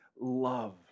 love